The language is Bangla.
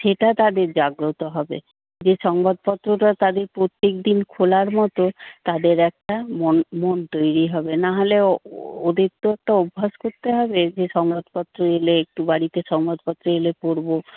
সেটা তাদের জাগ্রত হবে যে সংবাদপত্রটা তাদের প্রত্যেক দিন খোলার মত তাদের একটা মন মন তৈরি হবে নাহলে ওদের তো একটা অভ্যাস করতে হবে যে সংবাদপত্র নিলে একটু বাড়িতে সংবাদপত্র এলে পড়ব